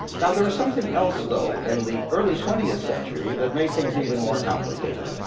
now there is something else, though, in the early twentieth century that made things even more complicated.